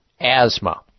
Asthma